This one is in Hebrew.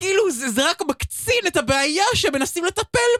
כאילו זה רק מקצין את הבעיה שהם מנסים לטפל